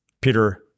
Peter